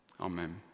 Amen